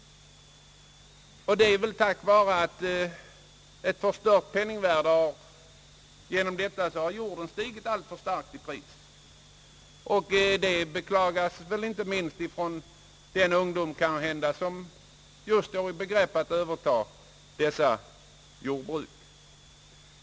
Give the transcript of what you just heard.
Detta har väl skett på grund av att priserna på jord till följd av penningvärdeförsämringen stigit alltför starkt — något som beklagas inte minst av den ungdom som kanhända står i begrepp att överta dessa jordbruk.